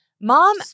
mom